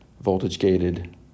voltage-gated